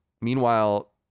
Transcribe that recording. Meanwhile